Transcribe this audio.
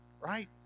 right